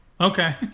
Okay